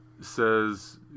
says